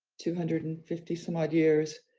two hundred and fifty some odd years,